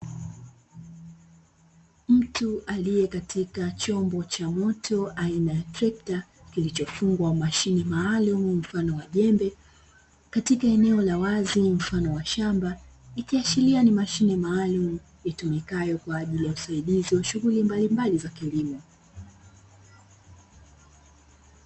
Mtu aliye katika chombo cha moto aina ya trekta kilichofungwa mashine maalumu mfano wa jembe, katika eneo la wazi mfano wa shamba ikiashiria ni mashine maalumu itumikayo kwa ajili ya usaidizi wa shughuli mbalimbali za kilimo.